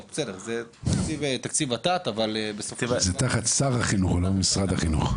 זה תחת שר החינוך אבל לא משרד החינוך.